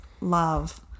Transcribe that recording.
love